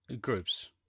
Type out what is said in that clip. groups